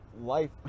life